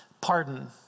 pardon